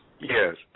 Yes